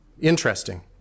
interesting